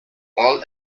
all